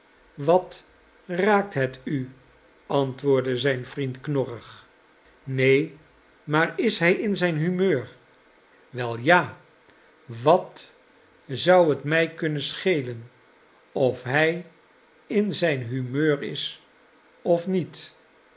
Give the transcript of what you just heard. wat raakt het u antwoordde zijn vriend knorrig neen maar is hij in zijn humeur wel ja wat zou het mij kunnen schelen of hi in zijn humeur is of niet